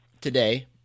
today